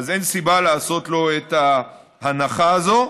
אין סיבה לעשות לו את ההנחה הזאת.